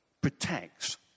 protects